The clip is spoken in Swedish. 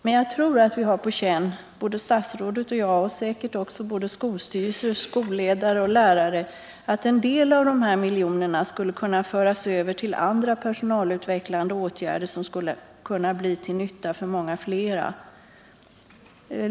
Men jag tror att vi har på känn, både statsrådet och jag och säkert också skolstyrelser, skolledare och lärare, att en del av de här miljonerna skulle kunna föras över till andra personalutvecklande åtgärder, som skulle kunna bli till nytta för många flera.